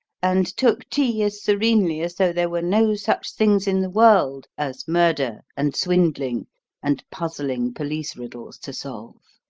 and took tea as serenely as though there were no such things in the world as murder and swindling and puzzling police-riddles to solve.